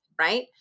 right